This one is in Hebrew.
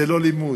זה לא לימוד.